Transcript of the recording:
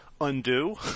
undo